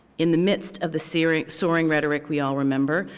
in the midst of the soaring soaring rhetoric, we all remember.